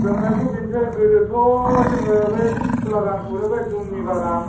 गोजांनायाथ' बेनोसै गोदोथ' जोङो बे थुला गानखौनो बै दुमनि बागान